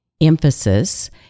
emphasis